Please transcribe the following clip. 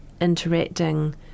interacting